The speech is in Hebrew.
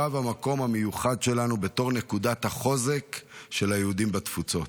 שב המקום המיוחד שלנו בתור נקודת החוזק של היהודים בתפוצות.